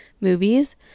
movies